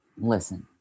listen